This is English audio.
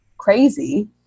crazy